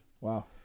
Wow